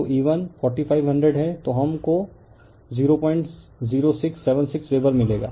तो E1 4500 हैं तो हम को 00676 वेबर मिलेगा